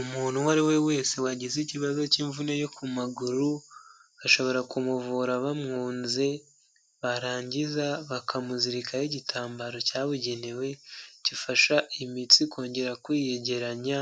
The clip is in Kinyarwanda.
Umuntu uwo ari we wese wagize ikibazo cy'imvune yo ku maguru, bashobora kumuvura bamumwunze barangiza bakamuzirikaho igitambaro cyabugenewe gifasha imitsi kongera kwiyegeranya,